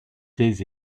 les